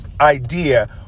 idea